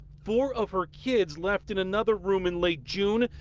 four of her kids left in another room in late june,